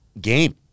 game